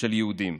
של יהודים.